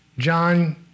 John